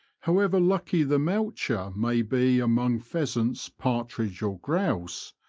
however lucky the moucher may be among pheasants, partridge, or grouse,